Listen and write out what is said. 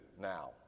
now